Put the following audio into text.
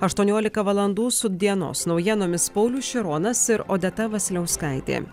aštuoniolika valandų su dienos naujienomis paulius šironas ir odeta vasiliauskaitė